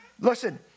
Listen